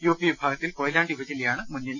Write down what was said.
U P വിഭാ ഗത്തിൽ കൊയിലാണ്ടി ഉപജില്ലയാണ് മുന്നിൽ